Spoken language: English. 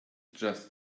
just